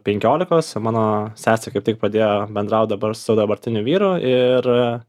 penkiolikos mano sesė kaip tik pradėjo bendraut dabar su dabartiniu vyru ir